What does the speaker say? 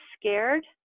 scared